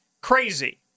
crazy